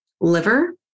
liver